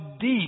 deep